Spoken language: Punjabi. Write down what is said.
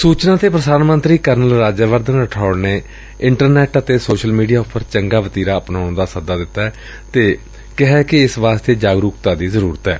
ਸੁਚਨਾ ਅਤੇ ਪ੍ਰਸਾਰਣ ਮੰਤਰੀ ਕਰਨਲ ਰਾਜਿਆਵਰਧਨ ਰਠੌੜ ਨੇ ਇੰਟਰਨੈੱਟ ਅਤੇ ਸੋਸ਼ਲ ਮੀਡੀਆ ਉਪਰ ਚੰਗਾ ਵਤੀਰਾ ਅਪਣਾਉਣ ਦਾ ਸੱਦਾ ਦਿੱਤੈ ਅਤੇ ਕਿਹੈ ਕਿ ਇਸ ਵਾਸਤੇ ਜਾਗਰੁਕਤਾ ਦੀ ਜ਼ਰੁਰਤ ਏ